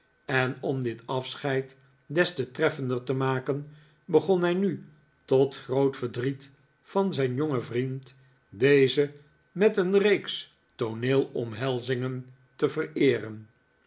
en om dit afscheid des te treffender te maken begon hij nu tot groot verdriet van zijn jongen vriend dezen met een reeks tooneelomhelzingen te vereeren